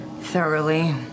thoroughly